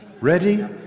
Ready